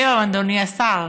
בפלייליסט היום, אדוני השר.